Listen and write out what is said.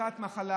הכירו בזה.